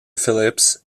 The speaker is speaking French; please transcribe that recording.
phillips